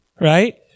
Right